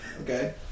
okay